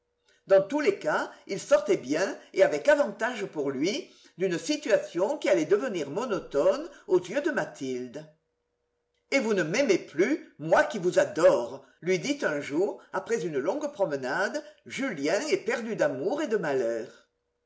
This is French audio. dans tous les cas il sortait bien et avec avantage pour lui d'une situation qui allait devenir monotone aux yeux de mathilde et vous ne m'aimez plus moi qui vous adore lui dit un jour après une longue promenade julien éperdu d'amour et de malheur